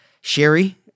Sherry